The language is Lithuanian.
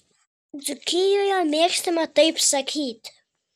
dzūkijoje mėgstama taip sakyti